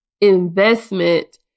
investment